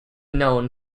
known